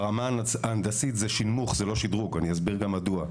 ברמה ההנדסית זה שנמוך ולא שדרוג ואני אסביר גם מדוע.